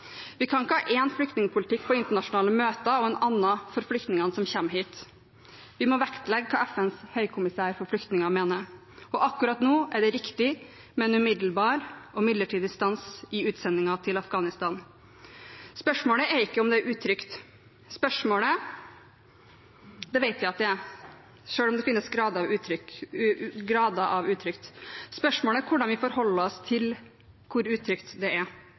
Vi kan ikke ha én flyktningpolitikk på internasjonale møter og en annen for flyktningene som kommer hit. Vi må vektlegge hva FNs høykommissær for flyktninger mener. Og akkurat nå er det riktig med en umiddelbar og midlertidig stans i utsendingene til Afghanistan. Spørsmålet er ikke om det er utrygt. Spørsmålet er, selv om det finnes grader av utrygt, hvordan vi forholder oss til hvor utrygt det er.